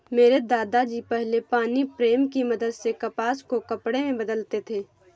मेरे दादा जी पहले पानी प्रेम की मदद से कपास को कपड़े में बदलते थे